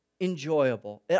enjoyable